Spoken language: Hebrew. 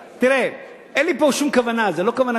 תראה, אין לי פה שום כוונת ניגוח.